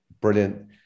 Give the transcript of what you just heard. Brilliant